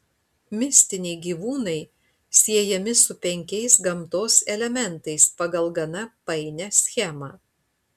mistiniai gyvūnai siejami su penkiais gamtos elementais pagal gana painią schemą